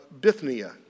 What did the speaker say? Bithynia